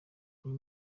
uyu